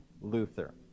Luther